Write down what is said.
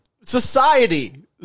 society